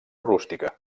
rústica